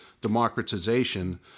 democratization